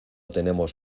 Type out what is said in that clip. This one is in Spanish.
tenemos